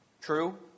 True